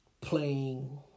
Playing